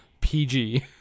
PG